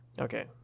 Okay